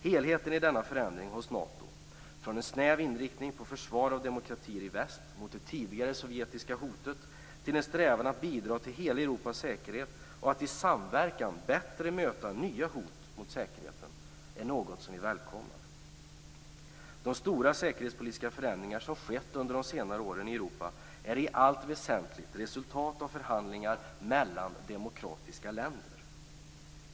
Helheten i denna förändring hos Nato, från en snäv inriktning på försvar av demokratier i väst mot det tidigare sovjetiska hotet, till en strävan att bidra till hela Europas säkerhet och att i samverkan bättre möta nya hot mot säkerheten, är något som vi välkomnar. De stora säkerhetspolitiska förändringar som har skett i Europa under de senare åren är i allt väsentligt resultat av förhandlingar mellan demokratiska länder.